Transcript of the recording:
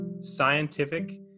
scientific